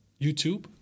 YouTube